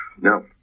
No